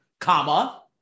comma